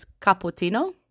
cappuccino